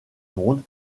monde